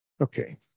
Okay